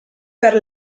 per